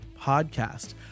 Podcast